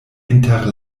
inter